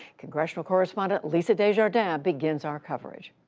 congressional correspondent lisa desjardins begins our coverage.